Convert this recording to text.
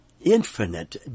infinite